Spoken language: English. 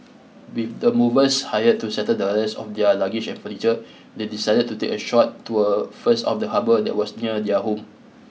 with the movers hired to settle the rest of their luggage and furniture they decided to take a short tour first of the harbour that was near their home